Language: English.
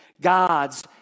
God's